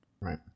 Right